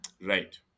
right